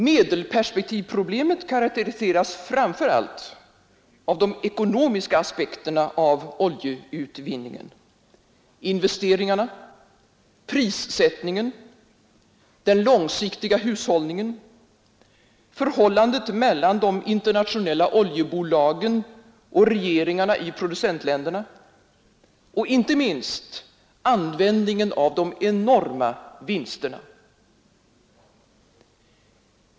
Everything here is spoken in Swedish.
Medelperspektivproblemet karakteriseras framför allt av de ekonomiska aspekterna av oljeutvinningen: investeringarna, prissättningen, den långsiktiga hushållningen, förhållandet mellan de internationella oljebolagen och regeringarna i producentländerna och, inte minst, användningen av de enorma vinsterna.